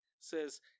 says